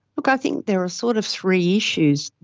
look, i think there are sort of three issues.